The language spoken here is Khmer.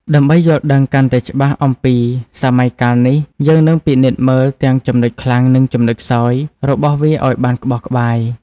ដើម្បីយល់ដឹងកាន់តែច្បាស់អំពីសម័យកាលនេះ យើងនឹងពិនិត្យមើលទាំង ចំណុចខ្លាំង និង ចំណុចខ្សោយ របស់វាឱ្យបានក្បោះក្បាយ។